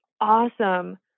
awesome